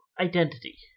identity